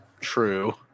True